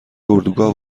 اردوگاه